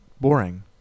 Boring